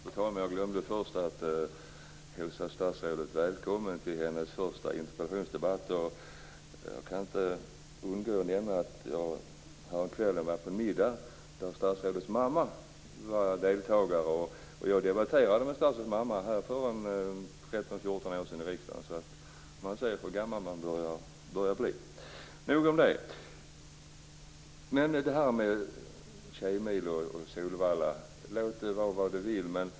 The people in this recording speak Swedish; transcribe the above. Fru talman! Jag glömde att hälsa statsrådet välkommen till hennes första interpellationsdebatt. Jag kan inte undgå att nämna att jag häromkvällen var på middag, där statsrådets mamma var en av deltagarna. Jag debatterade med statsrådets mamma för 13-14 år sedan i riksdagen. Man ser att man börjar bli gammal. Nog om det. Låt det vara hur det vill med Tjejmilen och Solvalla.